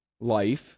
life